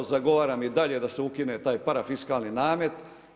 Zagovaram i dalje da se ukine taj parafiskalni namet.